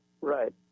Right